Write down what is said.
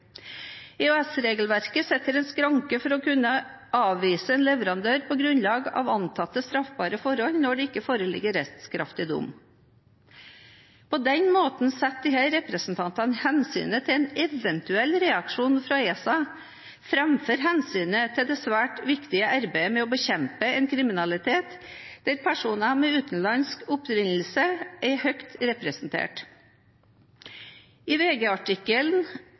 EØS-regelverket setter en skranke for å kunne avvise en leverandør på grunnlag av antatte straffbare forhold når det ikke foreligger rettskraftig dom.» På denne måten setter disse representantene hensynet til en eventuell reaksjon fra ESA foran hensynet til det svært viktige arbeidet med å bekjempe en kriminalitet der personer med utenlandsk opprinnelse er høyt representert. I